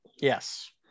Yes